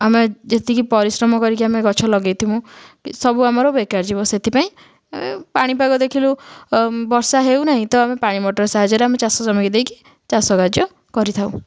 ଆମେ ଯେତିକି ପରିଶ୍ରମ କରିକି ଆମେ ଗଛ ଲଗାଇ ଥିବୁ ସବୁ ଆମର ବେକାର ଯିବ ସେଥିପାଇଁ ପାଣିପାଗ ଦେଖିଲୁ ବର୍ଷା ହେଉନାହିଁ ତ ଆମେ ପାଣି ମୋଟର ସାହାଯ୍ୟରେ ଆମେ ଚାଷ ଜମିକୁ ଦେଇକି ଚାଷକାର୍ଯ୍ୟ କରିଥାଉ